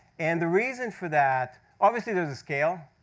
and the reason for that obviously there's the scale.